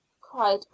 cried